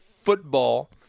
football